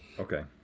okay,